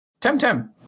Temtem